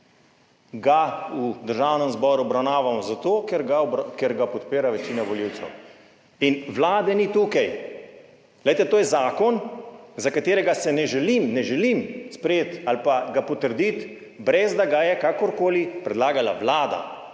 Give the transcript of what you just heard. v Državnem zboru obravnavamo zato, ker ga podpira večina volivcev. In vlade ni tukaj. To je zakon, ki ga ne želim sprejeti ali pa ga potrditi, brez da ga je kakor koli predlagala vlada,